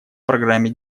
программе